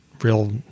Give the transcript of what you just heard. real